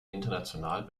international